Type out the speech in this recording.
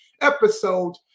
Episode